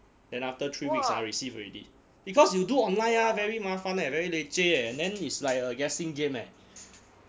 then after three weeks ah received already because you do online ah very 麻烦 eh very leceh eh and then is like a guessing game eh